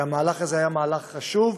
המהלך הזה היה מהלך חשוב,